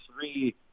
three